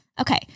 Okay